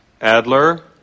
Adler